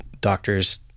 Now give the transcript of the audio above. doctors